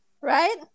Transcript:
Right